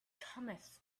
cometh